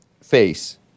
face